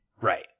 Right